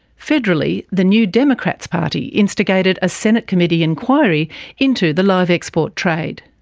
federally, the new democrats party instigated a senate committee inquiry into the live export trade.